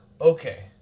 okay